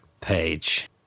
page